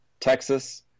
Texas